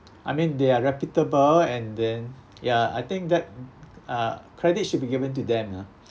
I mean they are reputable and then ya I think that uh credit should be given to them ah